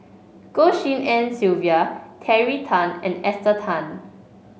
Goh Tshin En Sylvia Terry Tan and Esther Tan